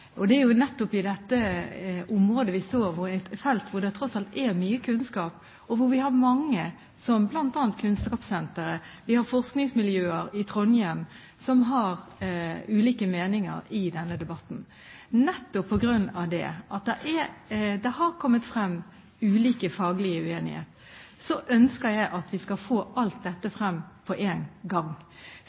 Det er nettopp i dette området vi står, et felt hvor det tross alt er mye kunnskap, og hvor vi har mange som bl.a. Kunnskapssenteret. Vi har forskningsmiljøer i Trondheim som har ulike meninger i denne debatten. Nettopp fordi det har kommet frem ulik faglig uenighet, ønsker jeg at vi skal få alt dette frem på en gang,